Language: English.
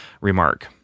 remark